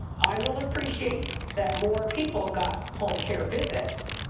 i will appreciate that more people got home care visits